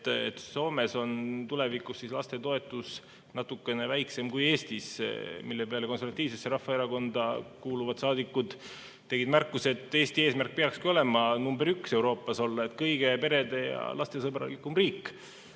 et Soomes on tulevikus lastetoetus natukene väiksem kui Eestis, mille peale Eesti Konservatiivsesse Rahvaerakonda kuuluvad saadikud tegid märkuse, et Eesti eesmärk peakski olema olla Euroopas number üks, kõige perede‑ ja lastesõbralikum riik.